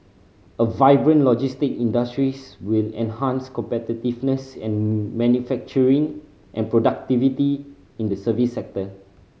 a vibrant logistic industries will enhance competitiveness in manufacturing and productivity in the service sector